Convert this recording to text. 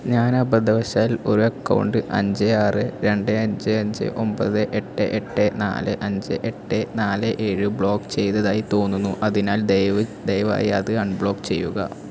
ഞാൻ അബദ്ധവശാൽ ഒരു അക്കൗണ്ട് അഞ്ച് ആറ് രണ്ട് അഞ്ച് അഞ്ച് ഒമ്പത് എട്ട് എട്ട് നാല് അഞ്ച് എട്ട് നാല് ഏഴ് ബ്ലോക്ക് ചെയ്തതായി തോന്നുന്നു അതിനാൽ ദയവ് ദയവായി അത് അൺബ്ലോക്ക് ചെയ്യുക